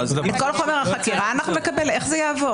זה העתקה